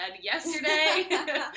yesterday